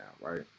right